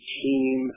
team